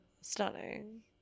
Stunning